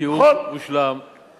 בתיאום מושלם, נכון.